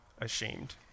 ashamed